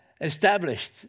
established